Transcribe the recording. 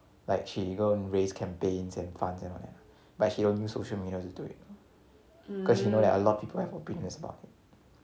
like she go and raise campaigns and funds and all that ah but she will use social media to do it because she knows that a lot of people have opinions about it